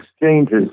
exchanges